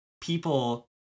people